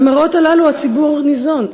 מהמראות הללו הציבור ניזון,